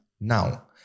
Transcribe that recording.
Now